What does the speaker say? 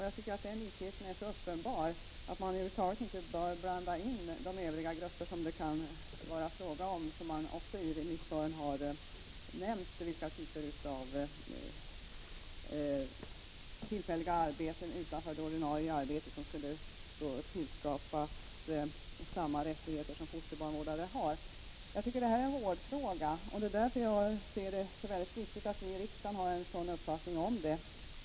Jag tycker att likheten mellan dessa kategorier är så uppenbar att man över huvud taget inte bör blanda in de övriga i remissvaren nämnda grupper som tack vare tillfälliga arbeten vid sidan av det ordinarie skulle kunna tillförsäkras samma rättigheter som fosterbarnvårdare har. Detta är enligt min mening en vårdfråga, och jag ser det därför som mycket viktigt att den uppfattning som vi har i riksdagen bygger på detta.